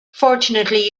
fortunately